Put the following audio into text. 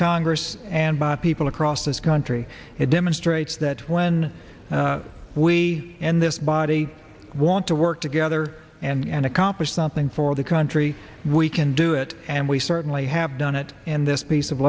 congress and by people across this country it demonstrates that when we in this body want to work together and accomplish something for the country we can do it and we certainly have done it in this piece of